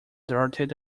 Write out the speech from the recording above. darted